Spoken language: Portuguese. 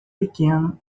pequeno